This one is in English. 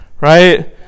Right